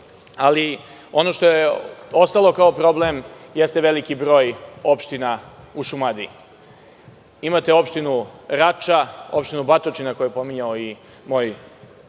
ono što je ostalo kao problem jeste veliki broj opština u Šumadiji. Imate opštinu Rača, opštinu Batočina koju je pominjao i moj